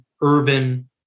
urban